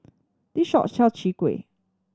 this shop sell Chai Kuih